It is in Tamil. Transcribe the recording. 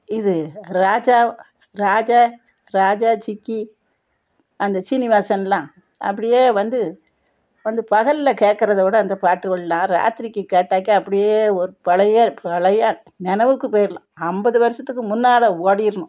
இது ராஜா ராஜா ராஜா ஜிக்கி அந்த சீனிவாசனெலாம் அப்படியே வந்து வந்து பகலில் கேட்குறத விட அந்த பாட்டுகளெலாம் ராத்திரிக்கு கேட்டாக்கா அப்படியே ஒரு பழைய பழைய நெனைவுக்கு போயிடலாம் ஐம்பது வருடத்துக்கு முன்னால் ஓடிடணும்